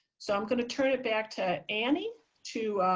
so i'm going to turn it back to annie to